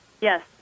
Yes